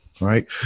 right